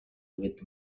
with